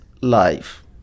life